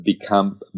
become